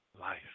life